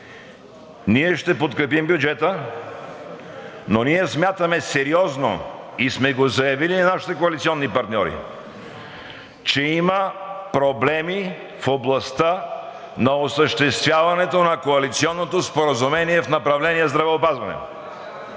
Ние ще подкрепим бюджета, но ние сериозно смятаме – и сме го заявили на нашите коалиционни партньори, че има проблеми в областта на осъществяването на Коалиционното споразумение в направление „Здравеопазване“.